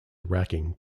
racking